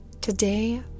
Today